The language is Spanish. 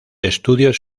estudios